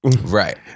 Right